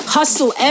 Hustle